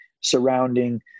surrounding